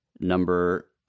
Number